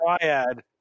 Triad